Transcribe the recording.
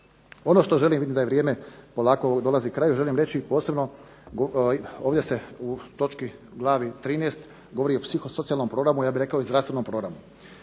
Ono što želim, da je vrijeme polako ovo dolazi kraju, želim reći i posebno, ovdje se u točki, glavi 13. govori o psihosocijalnom programu ja bih rekao i zdravstvenom programu.